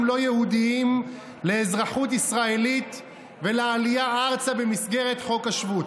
לא יהודים לאזרחות ישראלית ולעלייה ארצה במסגרת חוק השבות.